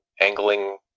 angling